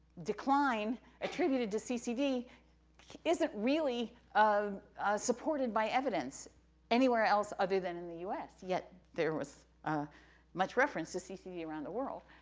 decline attributed to ccd isn't really supported by evidence anywhere else other than in the u s, yet there was much reference to ccd around the world,